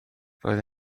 roedd